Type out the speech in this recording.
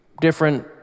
different